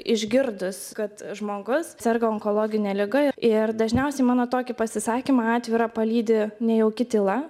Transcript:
išgirdus kad žmogus serga onkologine liga ir ir dažniausiai mano tokį pasisakymą atvirą palydi nejauki tyla